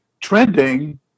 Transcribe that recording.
trending